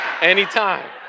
anytime